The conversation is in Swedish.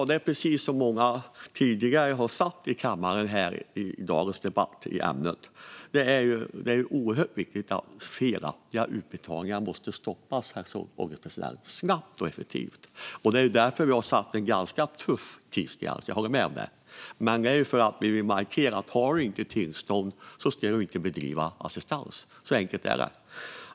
Det är precis som många tidigare har sagt i kammaren i dagens debatt, nämligen att det är oerhört viktigt att felaktiga utbetalningar stoppas snabbt och effektivt. Det är därför vi har satt en tuff tidsgräns - jag håller med om det. Det är för att vi vill markera att om det inte finns tillstånd ska inte heller assistans bedrivas. Så enkelt är det.